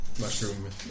mushroom